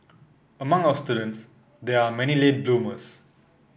among our students there are many late bloomers